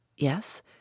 Yes